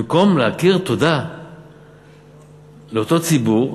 במקום להכיר תודה לאותו ציבור,